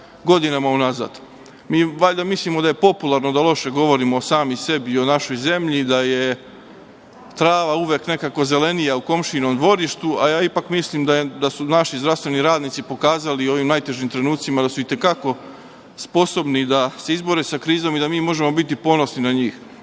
godinama unazad. Mi valjda mislimo da je popularno da loše govorimo o sami sebi i o našoj zemlji, da je trava uvek nekako zelenija u komšijinom dvorištu, a ja mislim da su naši zdravstveni radnici pokazali, u ovim najtežim trenucima, da su i te kako sposobni da se izbore sa krizom i da mi možemo biti ponosni na njih. Kao